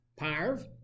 parv